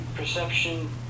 Perception